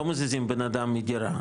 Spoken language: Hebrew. לא מזיזים בנאדם מדירה,